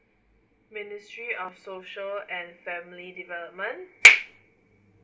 ministry of social and family development